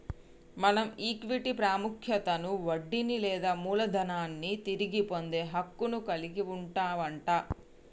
మనం ఈక్విటీ పాముఖ్యతలో వడ్డీని లేదా మూలదనాన్ని తిరిగి పొందే హక్కును కలిగి వుంటవట